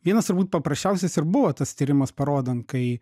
vienas turbūt paprasčiausias ir buvo tas tyrimas parodant kai